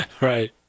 Right